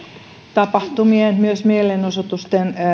tapahtumien myös mielenosoitusten